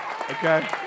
Okay